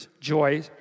joy